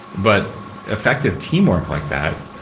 but effective teamwork like that,